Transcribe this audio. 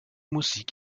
musik